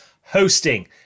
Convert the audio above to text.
hosting